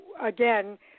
again